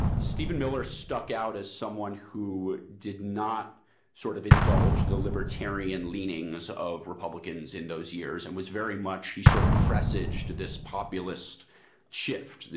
stephen miller stuck out as someone who did not sort of indulge the libertarian leanings of republicans in those years and was very much he sort of presaged this populist shift. you